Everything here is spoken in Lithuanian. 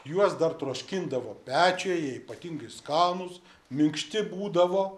juos dar troškindavo pečiuje jie ypatingai skanūs minkšti būdavo